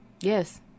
Yes